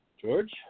George